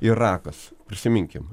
irakas prisiminkim